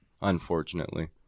unfortunately